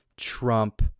Trump